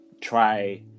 try